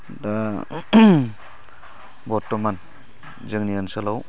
दा बर्थमान जोंनि ओनसोलाव